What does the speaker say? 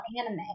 anime